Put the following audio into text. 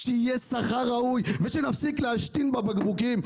שיהיה שכר ראוי ושנפסיק להשתין בבקבוקים.